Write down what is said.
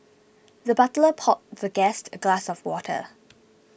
the butler poured the guest a glass of water